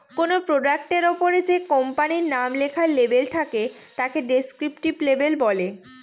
কোনো প্রোডাক্টের ওপরে যে কোম্পানির নাম লেখার লেবেল থাকে তাকে ডেস্ক্রিপটিভ লেবেল বলে